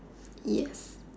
yes